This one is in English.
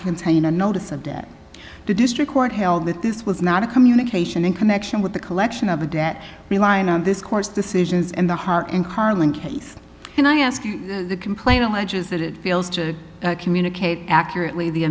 contain a notice of debt the district court held that this was not a communication in connection with the collection of the debt relying on this court's decisions in the heart and carling case and i ask you the complaint alleges that it feels to communicate accurately the